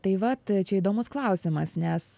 tai va čia įdomus klausimas nes